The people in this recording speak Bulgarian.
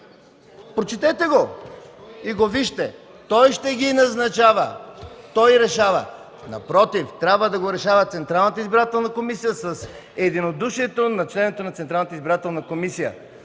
Прочетете го и го вижте. Той ще ги назначава, той решава. Напротив, трябва да го решава Централната избирателна комисия с единодушието на членовете на Централната избирателна комисия.